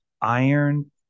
iron